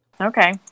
okay